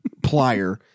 plier